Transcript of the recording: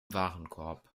warenkorb